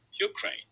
Ukraine